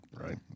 right